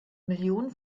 millionen